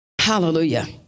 Hallelujah